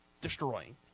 destroying